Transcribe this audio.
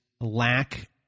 lack